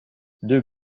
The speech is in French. deux